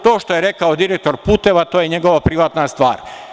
To što je rekao direktor puteva, to je njegova privatna stvar.